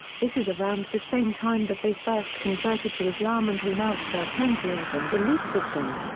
this is around the same time that they first converted to islam and renounced their tengriism belief system.